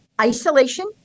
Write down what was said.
isolation